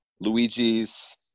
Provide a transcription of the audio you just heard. Luigi's